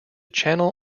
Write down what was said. channel